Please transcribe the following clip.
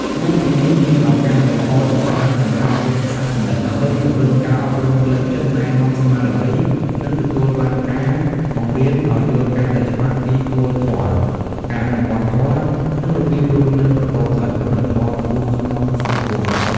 លើសពីនេះ មានឱកាសដ៏ល្អជាច្រើនសម្រាប់ពុទ្ធសាសនិក ដើម្បីពង្រឹងការអប់រំផ្លូវចិត្ត ណែនាំស្មារតី និងទទួលបានការបង្រៀនឱ្យយល់កាន់តែច្បាស់ពីគោលធម៌ ការអនុវត្តធម៌ និងរបៀបរស់នៅប្រកបដោយគុណធម៌ខ្ពស់ក្នុងសង្គម។"